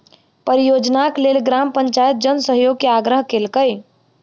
परियोजनाक लेल ग्राम पंचायत जन सहयोग के आग्रह केलकै